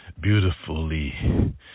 beautifully